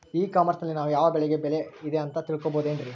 E commerce ನಲ್ಲಿ ನಾವು ಯಾವ ಬೆಳೆಗೆ ಬೆಲೆ ಇದೆ ಅಂತ ತಿಳ್ಕೋ ಬಹುದೇನ್ರಿ?